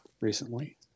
recently